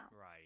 Right